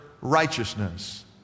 righteousness